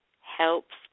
Helps